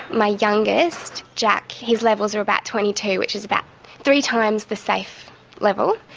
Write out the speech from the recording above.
my youngest, jack, his levels are about twenty two, which is about three times the safe level.